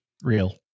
Real